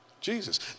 Jesus